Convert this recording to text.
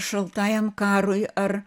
šaltajam karui ar